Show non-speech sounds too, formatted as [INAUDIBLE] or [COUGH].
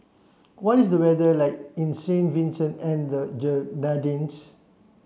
what is the weather like in Saint Vincent and the [UNINTELLIGIBLE]